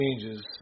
changes